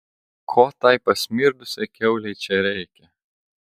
ko tai pasmirdusiai kiaulei čia reikia